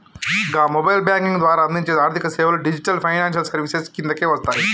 గా mobile banking ద్వారా అందించే ఆర్థికసేవలు డిజిటల్ ఫైనాన్షియల్ సర్వీసెస్ కిందకే వస్తయి